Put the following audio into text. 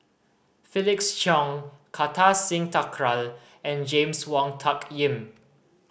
Felix Cheong Kartar Singh Thakral and James Wong Tuck Yim